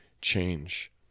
change